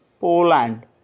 Poland